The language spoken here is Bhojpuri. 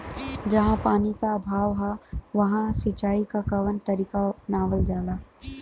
जहाँ पानी क अभाव ह वहां सिंचाई क कवन तरीका अपनावल जा?